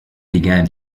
began